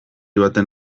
baten